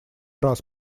раз